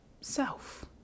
self